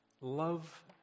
love